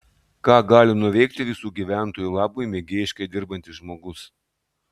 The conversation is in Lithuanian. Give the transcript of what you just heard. ką gali nuveikti visų gyventojų labui mėgėjiškai dirbantis žmogus